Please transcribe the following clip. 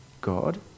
God